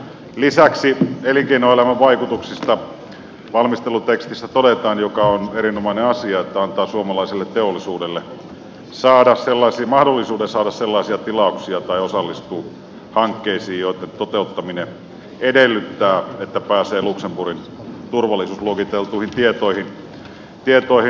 lisäksi elinkeinoelämän vaikutuksista valmistelutekstissä todetaan mikä on erinomainen asia että sopimus antaa suomalaiselle teollisuudelle mahdollisuuden saada sellaisia tilauksia tai osallistua hankkeisiin joitten toteuttaminen edellyttää että pääsee luxemburgin turvallisuusluokiteltuihin tietoihin